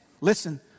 Listen